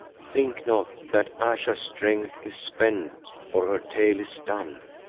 think not that ayesha's strength is spent or her tale is done,